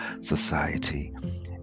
society